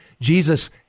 Jesus